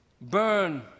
burn